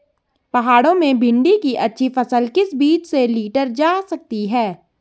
पहाड़ों में भिन्डी की अच्छी फसल किस बीज से लीटर जा सकती है?